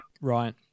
Right